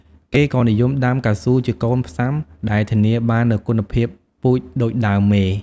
គេក៏និយមដាំកៅស៊ូជាកូនផ្សាំ ដែលធានាបាននូវគុណភាពពូជដូចដើមមេ។